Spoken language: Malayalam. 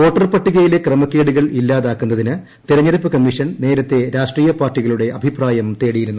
വോട്ടർപട്ടികയിലെ ക്രമക്കേടുകൾ ഇല്ലാതാക്കുന്നതിന് തെരഞ്ഞെടുപ്പ് കമ്മീഷൻ നേരത്തെ രാഷ്ട്രീയ പാർട്ടികളുടെ അഭിപ്രായം തേടിയിരുന്നു